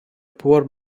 poor